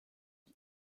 die